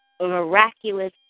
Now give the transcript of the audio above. miraculous